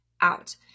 out